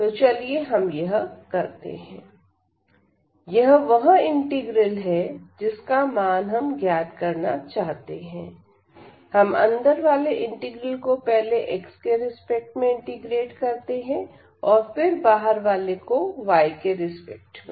तो चलिए हम यह करते हैं यह वह इंटीग्रल है जिसका मान हम ज्ञात करना चाहते हैं हम अंदर वाले इंटीग्रल को पहले x के रिस्पेक्ट में इंटीग्रेट करते हैं और फिर बाहर वाले को y के रिस्पेक्ट में